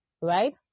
right